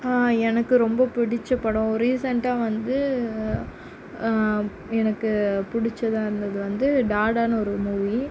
எனக்கு ரொம்ப பிடிச்ச படம் ரீசண்டா வந்து எனக்கு பிடிச்சதாக இருந்தது வந்து டாடானு ஒரு மூவி